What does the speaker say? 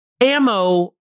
ammo